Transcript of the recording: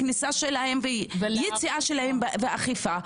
לכניסה שלהם וליציאה שלהם ואכיפה,